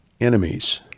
enemies